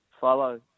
follow